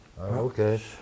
Okay